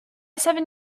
seven